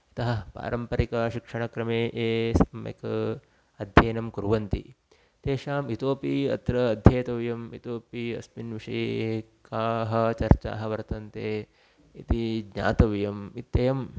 यतः पारम्परिकशिक्षणक्रमे ये सम्यक् अध्ययनं कुर्वन्ति तेषाम् इतोऽपि अत्र अध्येतव्यम् इतोऽपि अस्मिन् विषये काः चर्चाः वर्तन्ते इति ज्ञातव्यम् इत्येवम्